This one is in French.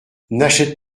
n’achète